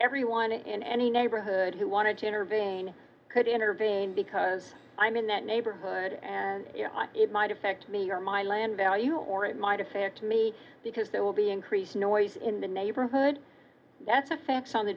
everyone in any neighborhood who wanted to intervene could intervene because i'm in that neighborhood and it might affect me or my land value or it might affect me because there will be increased noise in the neighborhood that's affects on the